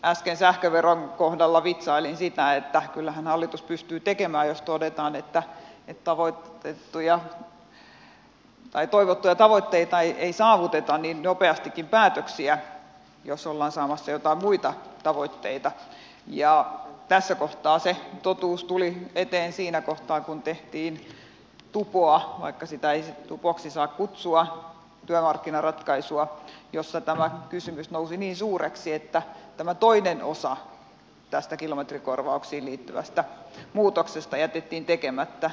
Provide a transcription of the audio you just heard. äsken sähköveron kohdalla vitsailin sitä että kyllähän hallitus pystyy tekemään jos todetaan että toivottuja tavoitteita ei saavuteta nopeastikin päätöksiä jos ollaan saamassa joitain muita tavoitteita ja tässä kohtaa se totuus tuli eteen siinä kohtaa kun tehtiin tupoa vaikka sitä ei tupoksi saa kutsua eli työmarkkinaratkaisua jossa tämä kysymys nousi niin suureksi että tämä toinen osa tästä kilometrikorvauksiin liittyvästä muutoksesta jätettiin tekemättä